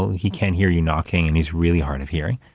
he can't hear you knocking and he's really hard of hearing.